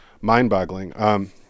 mind-boggling